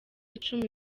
icumi